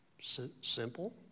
simple